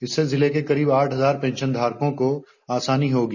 इससे जिले के करीब आठ हजार पेंशनधारकों को आसानी होगी